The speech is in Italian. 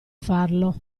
farlo